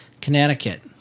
Connecticut